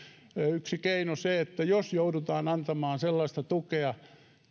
yksi keino se että jos joudutaan antamaan sellaista tukea